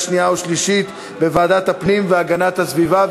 שנייה ושלישית בוועדת הפנים והגנת הסביבה,